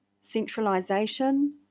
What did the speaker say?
centralisation